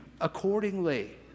accordingly